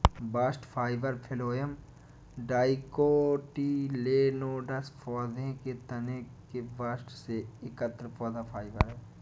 bast fibre phloem dicotyledonous पौधों के तने के बास्ट से एकत्र पौधा फाइबर है